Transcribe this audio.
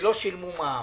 ולא שילמו מע"מ.